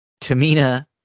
Tamina